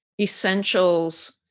essentials